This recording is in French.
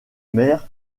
mer